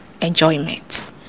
Enjoyment